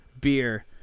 beer